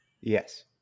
Yes